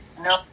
No